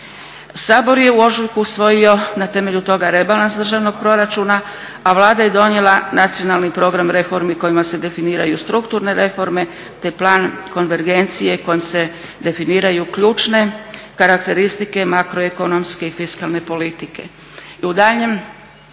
Sabor je u ožujku usvojio na temelju toga rebalansa državnog proračuna, a Vlada je donijela Nacionalni program reformi kojima se definiraju strukturne reforme, te plan konvergencije kojom se definiraju ključne karakteristike makroekonomske i fiskalne politike.